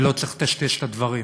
ולא צריך לטשטש את הדברים.